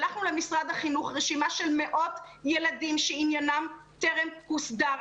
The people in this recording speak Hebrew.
שלחנו למשרד החינוך רשימה של מאות ילדים שעניינם טרם הוסדר.